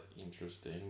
interesting